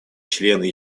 члены